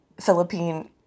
Philippine